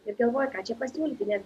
ir galvoji ką čia pasiūlyti nes